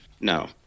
No